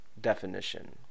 definition